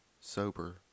Sober